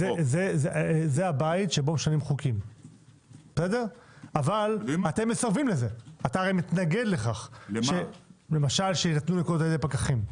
זה הבית שבו משנים חוקים אבל אתה מסרב לכך שיינתנו נקודות לפקחים.